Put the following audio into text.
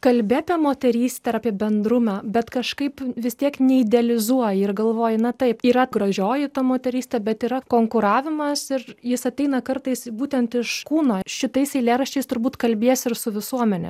kalbi apie moterystę ir apie bendrumą bet kažkaip vis tiek neidealizuoji ir galvoji na taip yra gražioji ta moterystė bet yra konkuravimas ir jis ateina kartais būtent iš kūno šitais eilėraščiais turbūt kalbiesi ir su visuomene